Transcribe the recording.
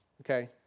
okay